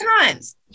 times